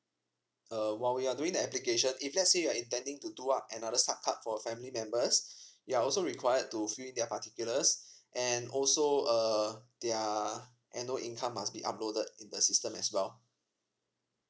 uh while you are doing the application if let's say you're intending to do up another sub card for a family members you're also required to fill in their particulars and also uh their annual income must be uploaded in the system as well